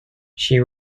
she